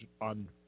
on